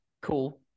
cool